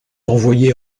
envoyé